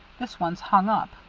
this one's hung up.